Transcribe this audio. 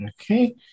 Okay